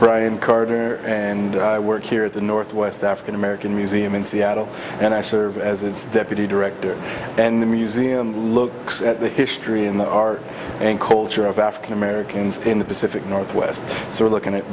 brian carter and i work here at the northwest african american museum in seattle and i serve as its deputy director and the museum looks at the history and the art and culture of african americans in the pacific northwest so we're looking at